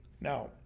Now